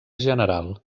general